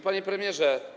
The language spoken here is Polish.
Panie Premierze!